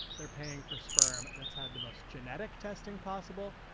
they're paying for sperm that's had the most genetic testing possible.